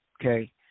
Okay